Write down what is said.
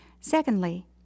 secondly